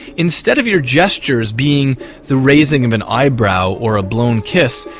instead of your gestures being the raising of an eyebrow or a blown kiss,